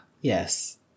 Yes